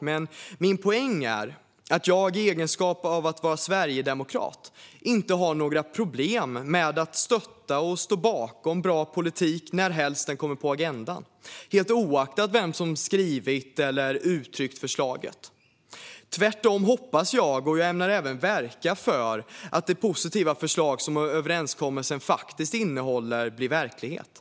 Men min poäng är att jag i egenskap av sverigedemokrat inte har några problem med att stötta och stå bakom bra politik närhelst den kommer på agendan, oavsett vem som skrivit eller uttryckt förslaget. Tvärtom hoppas jag, vilket jag även ämnar verka för, att de positiva förslag som överenskommelsen faktiskt innehåller blir verklighet.